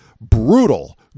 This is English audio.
brutal